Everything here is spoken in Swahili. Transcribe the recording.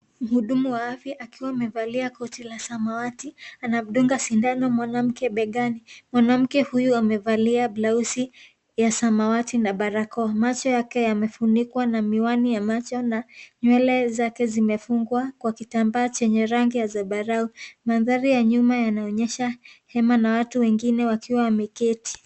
Mhudumu wa afya akiwa amevalia koti la samawati. Anamdunga sindano mwanamke begani. Mwanamke huyo amevalia blausi ya samawati na barakoa. Macho yake yamefunikwa na miwani ya macho, na nywele zake zimefungwa kwa kitambaa chenye rangi ya zambarau. Mandhari ya nyuma yanaonyesha hema na watu wengine wakiwa wameketi.